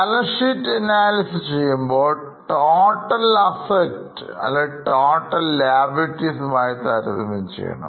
Balance sheet analysis ചെയ്യുമ്പോ total Assets അല്ലെങ്കിൽ Total liabilities മായിതാരതമ്യം ചെയ്യണം